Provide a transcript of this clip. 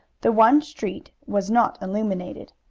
the one street was not illuminated,